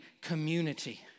community